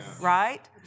right